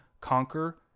conquer